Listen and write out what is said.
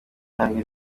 nyandwi